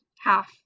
half